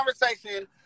conversation